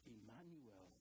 Emmanuel